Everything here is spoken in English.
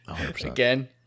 again